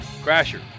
crasher